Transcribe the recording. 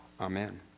Amen